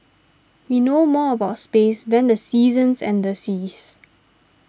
we know more about space than the seasons and the seas